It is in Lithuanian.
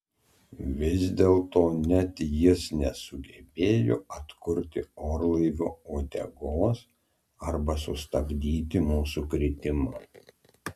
vis dėlto net jis nesugebėjo atkurti orlaivio uodegos arba sustabdyti mūsų kritimo